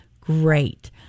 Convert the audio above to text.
Great